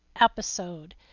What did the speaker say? episode